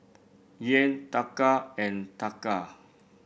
Yen Taka and Taka